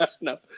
No